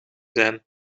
zijn